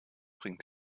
bringt